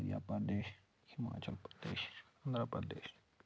Madhya Pradesh Himachal Pradesh Andhra Pradesh